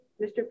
Mr